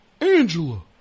Angela